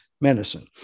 medicine